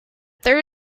there